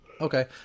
Okay